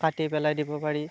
কাটি পেলাই দিব পাৰি